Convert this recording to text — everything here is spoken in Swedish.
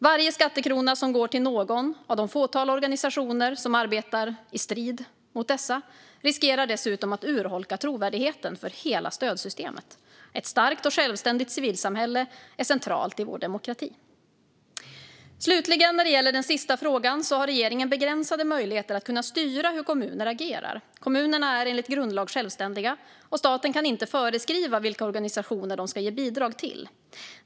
Varje skattekrona som går till någon av det fåtal organisationer som arbetar i strid med dessa riskerar dessutom att urholka trovärdigheten för hela stödsystemet. Ett starkt och självständigt civilsamhälle är centralt i vår demokrati. Slutligen, när det gäller den sista frågan, har regeringen begränsade möjligheter att styra hur kommuner agerar. Kommunerna är enligt grundlagen självständiga, och staten kan inte föreskriva vilka organisationer de ska ge bidrag till.